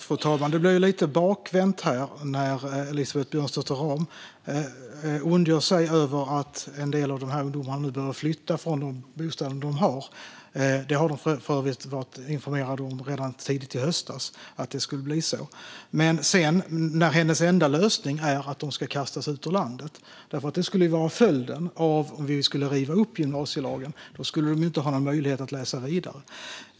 Fru talman! Det blir lite bakvänt när Elisabeth Björnsdotter Rahm ondgör sig över att en del av ungdomarna nu behöver flytta från sina nuvarande bostäder - de har för övrigt sedan tidigt i höstas varit informerade om att det skulle bli så - när hennes enda lösning är att de ska kastas ut ur landet. Det skulle nämligen bli följden om vi skulle riva upp gymnasielagen. Då skulle de ju inte ha någon möjlighet att läsa vidare.